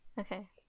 Okay